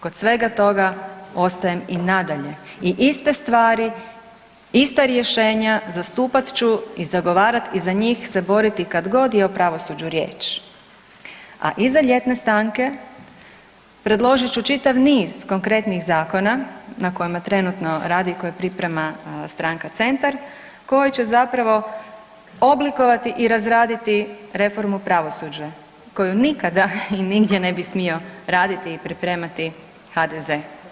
Kod svega toga ostajem i nadalje i iste stvari, ista rješenja zastupat ću i zagovarati i za njih se boriti kad god je o pravosuđu riječ, a iza ljetne stanke predložit ću čitav niz konkretnih zakona na kojima trenutno radi i koje priprema stranka Centar koji će zapravo oblikovati i razraditi reformu pravosuđa koju nikada i nigdje ne bi smio raditi i pripremati HDZ.